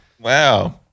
Wow